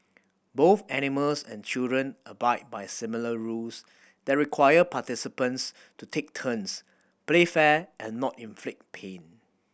both animals and children abide by similar rules that require participants to take turns play fair and not inflict pain